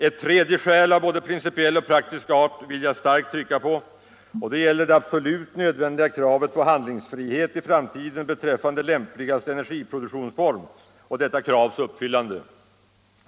Ett tredje skäl av både principiell och praktisk art vill jag starkt trycka på, och det gäller det absolut nödvändiga kravet på handlingsfrihet i framtiden beträffande lämpligaste energiproduktionsform och detta kravs uppfyllande.